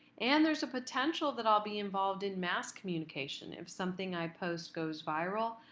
and there's a potential that i'll be involved in mass communication. if something i post goes viral,